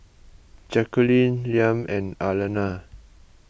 Jacqulyn Liam and Arlena